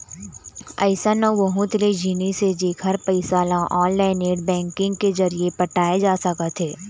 अइसन अउ बहुत ले जिनिस हे जेखर पइसा ल ऑनलाईन नेट बैंकिंग के जरिए पटाए जा सकत हे